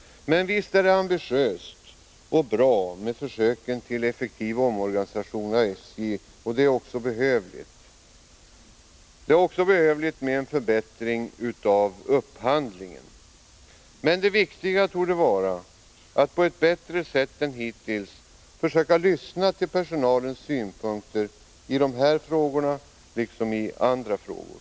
Men visst är det ambitiöst och bra med försöken till effektiv omorganisation av SJ. Det behövs också en förbättrad upphandling. Men det viktiga torde vara att på ett bättre sätt än hittills lyssna till personalens synpunkter i dessa som i andra frågor.